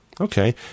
Okay